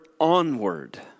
onward